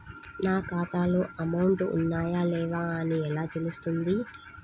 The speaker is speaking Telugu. నా ఖాతాలో అమౌంట్ ఉన్నాయా లేవా అని ఎలా తెలుస్తుంది?